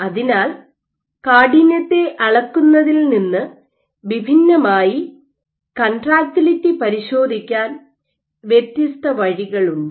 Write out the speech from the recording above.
അതിനാൽ കാഠിന്യത്തെ അളക്കുന്നതിൽ നിന്ന് വിഭിന്നമായി കൺട്രാക്റ്റിലിറ്റി പരിശോധിക്കാൻ വ്യത്യസ്ത വഴികളുണ്ട്